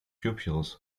pupils